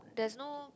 there's no